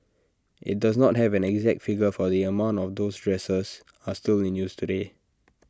IT does not have an exact figure for the amount of those dressers are still in use today